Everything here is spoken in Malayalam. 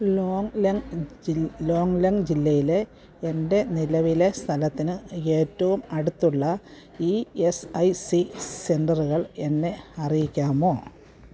ലോംങ് ലെംങ് ലോങ്ങ്ലെങ് ജില്ലയിലെ എൻ്റെ നിലവിലെ സ്ഥലത്തിന് ഏറ്റവും അടുത്തുള്ള ഇ എസ് ഐ സി സെൻ്ററുകൾ എന്നെ അറിയിക്കാമോ